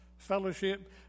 Fellowship